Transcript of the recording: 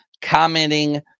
commenting